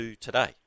today